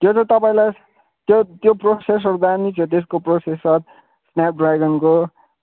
त्यो त तपाईँलाई त्यो त्यो प्रोसेसर दामी छ त्यसको प्रोसेसर स्न्याप ड्रयागनको